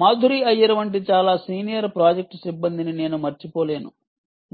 మాధురి అయ్యర్ వంటి చాలా senior project సిబ్బందిని నేను మరచిపోలేను